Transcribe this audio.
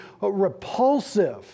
repulsive